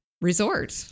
Resort